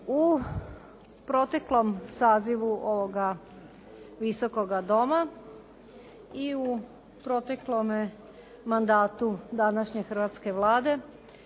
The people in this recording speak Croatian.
U proteklom sazivu ovoga Visokoga doma i u proteklome mandatu današnje hrvatske Vlade